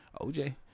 OJ